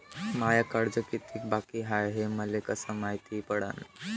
माय कर्ज कितीक बाकी हाय, हे मले कस मायती पडन?